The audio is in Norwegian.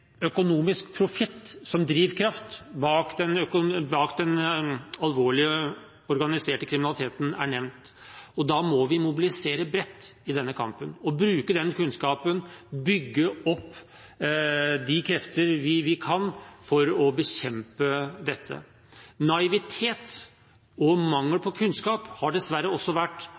økonomisk profitt som drivkraft bak den alvorlige organiserte kriminaliteten er nevnt, og da må vi mobilisere bredt i denne kampen, bruke den kunnskapen og bygge opp de krefter vi kan for å bekjempe dette. Naivitet og mangel på kunnskap har dessverre også vært